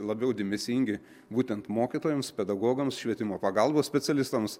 labiau dėmesingi būtent mokytojams pedagogams švietimo pagalbos specialistams